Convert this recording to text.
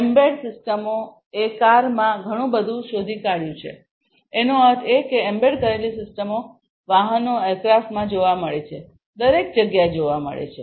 embedded સિસ્ટમોએ કારમાં ઘણું બધું શોધી કાઢ્યું છે એનો અર્થ એ કે એમ્બેડ કરેલી સિસ્ટમો વાહનો એરક્રાફ્ટમાં જોવા મળે છે દરેક જગ્યાએ જોવા મળે છે